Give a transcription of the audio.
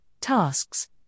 tasks